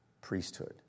priesthood